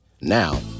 Now